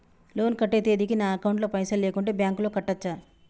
Loan కట్టే తేదీకి నా అకౌంట్ లో పైసలు లేకుంటే బ్యాంకులో కట్టచ్చా?